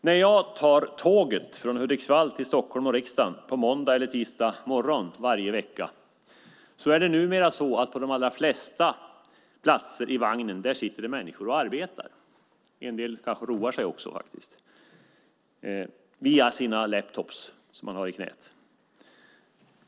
När jag tar tåget från Hudiksvall till Stockholm och riksdagen på måndag eller tisdag morgon varje vecka är det numera så att på de flesta platser i vagnen sitter människor och arbetar - en del kanske roar sig - med sina laptoppar i knät.